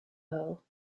earl